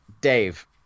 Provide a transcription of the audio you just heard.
Dave